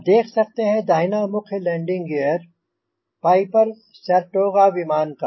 आप देख सकते हैं दाहिना मुख्य लैंडिंग ग़ीयर पाइपर सैरटोगा विमान का